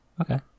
Okay